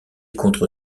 contre